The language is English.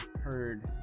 heard